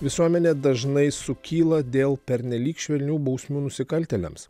visuomenė dažnai sukyla dėl pernelyg švelnių bausmių nusikaltėliams